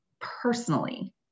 personally